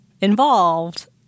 involved